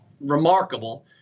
remarkable